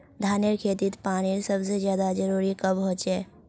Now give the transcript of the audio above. धानेर खेतीत पानीर सबसे ज्यादा जरुरी कब होचे?